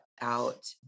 out